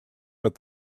but